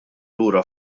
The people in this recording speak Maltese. lura